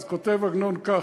אז כותב עגנון ככה,